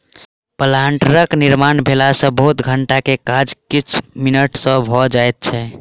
प्लांटरक निर्माण भेला सॅ बहुत घंटा के काज किछ मिनट मे भ जाइत छै